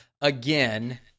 again